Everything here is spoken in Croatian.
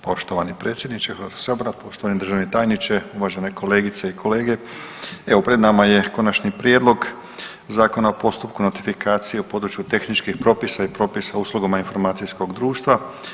Poštovani predsjedniče Hrvatskog sabora, poštovani državni tajniče, uvažene kolegice i kolege, evo pred nama je Konačni prijedlog Zakona o postupku notifikacije u području tehničkih propisa i propisa uslugama informacijskog društva.